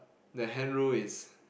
the hand roll is